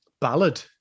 ballad